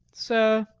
sir,